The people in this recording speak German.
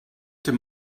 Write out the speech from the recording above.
dem